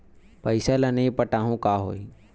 पईसा ल नई पटाहूँ का होही?